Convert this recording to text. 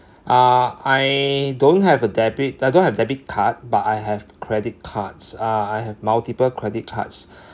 ah I don't have a debit I don't have a debit card but I have credit cards uh I have multiple credit cards